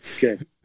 Good